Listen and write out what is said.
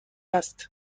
است